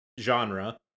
genre